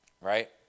right